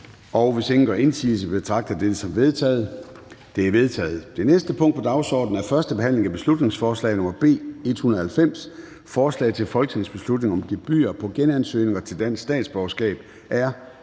Hvis ingen gør indsigelse, betragter jeg dette som vedtaget. Det er vedtaget. --- Det næste punkt på dagsordenen er: 12) 1. behandling af beslutningsforslag nr. B 190: Forslag til folketingsbeslutning om gebyr på genansøgninger til dansk statsborgerskab.